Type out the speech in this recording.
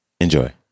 Enjoy